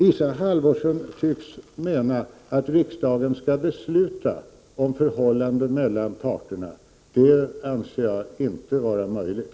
Isa Halvarsson tycks mena att riksdagen skall besluta om förhållanden som gäller parterna emellan. Det anser jag inte vara möjligt.